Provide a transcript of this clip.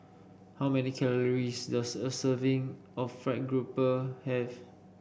how many calories does a serving of fried grouper have